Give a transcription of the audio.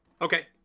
Okay